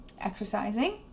Exercising